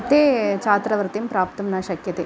ते छात्रवृत्तिं प्राप्तुं न शक्यते